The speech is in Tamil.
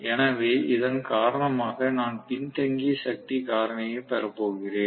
எனவே இதன் காரணமாக நான் பின்தங்கிய சக்தி காரணியை பெற போகிறேன்